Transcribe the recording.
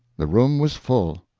the room was full.